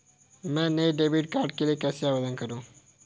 मैं नए debit card के लिए कैसे आवेदन करूं?